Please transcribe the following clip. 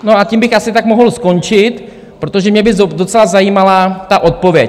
No a tím bych asi tak mohl skončit, protože mě by docela zajímala ta odpověď.